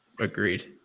agreed